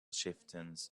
chieftains